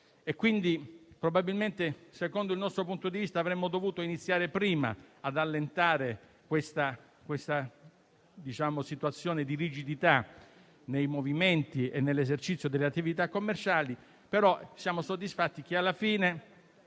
quindi, probabilmente, secondo il nostro punto di vista, avremmo dovuto iniziare prima ad allentare questa situazione di rigidità nei movimenti e nell'esercizio delle attività commerciali. Siamo comunque soddisfatti del fatto